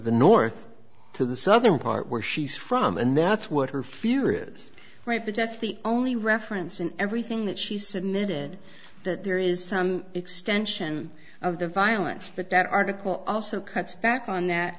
the north to the southern part where she's from and that's what her fear is right but that's the only reference and everything that she submitted that there is some extension of the violence but that article also cuts back on that